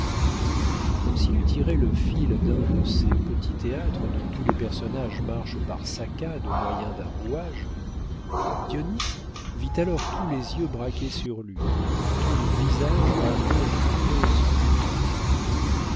comme s'il eût tiré le fil d'un de ces petits théâtres dont tous les personnages marchent par saccades au moyen d'un rouage dionis vit alors tous les yeux braqués sur lui tous les visages ramenés à une pose unique